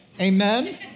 Amen